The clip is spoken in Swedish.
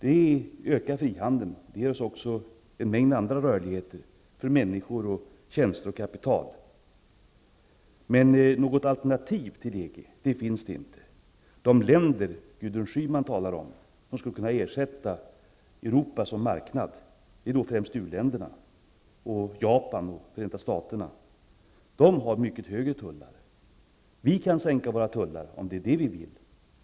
Det ökar frihandeln, och det ger oss också en mängd andra rörligheter för människor, tjänster och kapital. Men något alternativ till EG finns inte. De länder Gudrun Schyman talar om som skulle kunna ersätta Europa som marknad är främst u-länderna, Japan och Förenta Staterna. Dessa har mycket högre tullar. Vi kan sänka våra tullar, om det är det vi vill.